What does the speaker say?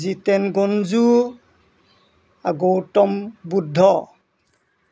জিতেন গঞ্জু আৰু গৌতম বুদ্ধ